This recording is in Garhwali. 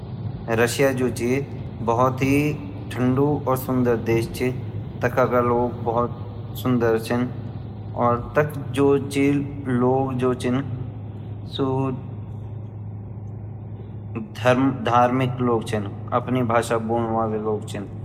रुस्सिआ जु ची भोत हि सुन्दर अर ठण्डु देश ची ताखागा लोग बहुत सुन्दर छिन अर ताख जू ची लोग धार्मिक लोग छिन अपनी भाषा ब्वन वाला लोग छिन।